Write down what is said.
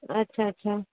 अच्छा अच्छा